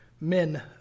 men